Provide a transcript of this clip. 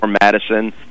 Madison